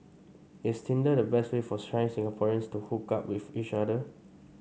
is tinder the best way for shy Singaporeans to hook up with each other